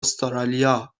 استرالیا